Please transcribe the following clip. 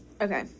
okay